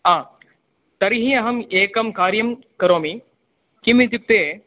आं तर्हि अहम् एकं कार्यं करोमि किम् इत्युक्ते